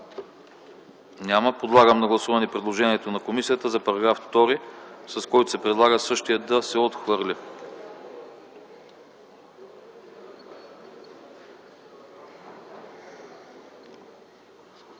Няма. Подлагам на гласуване предложението на комисията, с което се предлага § 2 да се отхвърли.